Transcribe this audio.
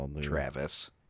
Travis